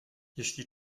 jeśli